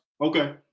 Okay